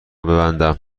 ببندم